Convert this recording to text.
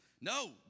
No